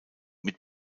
mit